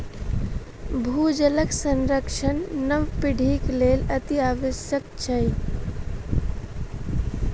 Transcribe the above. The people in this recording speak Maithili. भूजलक संरक्षण नव पीढ़ीक लेल अतिआवश्यक छै